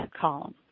column